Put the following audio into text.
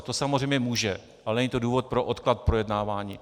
To samozřejmě může, ale není to důvod pro odklad pro projednávání.